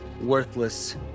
worthless